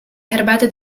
herbaty